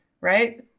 right